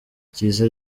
ryiza